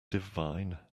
divine